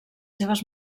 seves